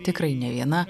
tikrai ne viena